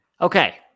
Okay